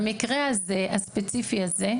במקרה הזה הספציפי הזה,